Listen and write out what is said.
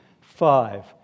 five